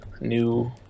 new